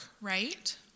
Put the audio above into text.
right